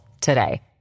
today